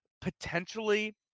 potentially